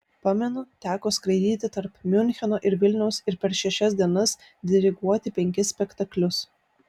pamenu teko skraidyti tarp miuncheno ir vilniaus ir per šešias dienas diriguoti penkis spektaklius